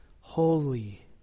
holy